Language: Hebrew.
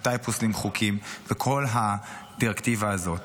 מתי פוסלים חוקים וכל הדירקטיבה הזאת.